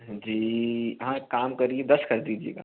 जी हाँ एक काम करिए दस कर दीजियेगा